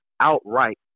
outright